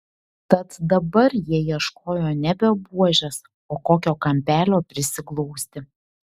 tad dabar jie ieškojo nebe buožės o kokio kampelio prisiglausti